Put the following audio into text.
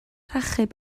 achub